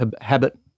habit